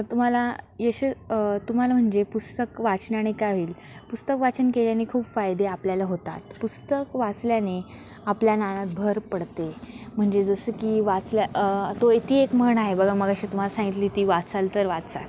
तुम्हाला यश तुम्हाला म्हणजे पुस्तक वाचनाने का होईल पुस्तक वाचन केल्याने खूप फायदे आपल्याला होतात पुस्तक वाचल्याने आपल्या ज्ञानात भर पडते म्हणजे जसं की वाचल्या तो एती एक म्हण आहे बघा मघाशी तुम्हाला सांगितली ती वाचाल तर वाचाल